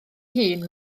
hun